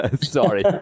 Sorry